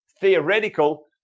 theoretical